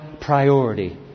priority